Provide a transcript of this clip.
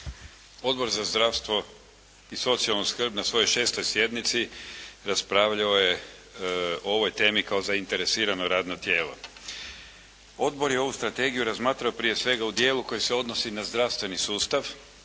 Odbor za zdravstvo i socijalnu skrb na svojoj 6. sjednici raspravljao je o ovoj temi kao zainteresirano radno tijelo. Odbor je ovu strategiju razmatrao prije svega u dijelu koji se odnosi na zdravstveni sustav